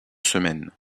semaines